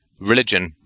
religion